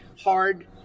hard